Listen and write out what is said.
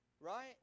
Right